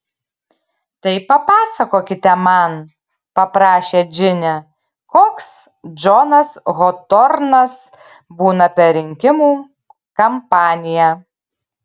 tai papasakokite man paprašė džinė koks džonas hotornas būna per rinkimų kampaniją